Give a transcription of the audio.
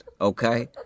Okay